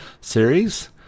series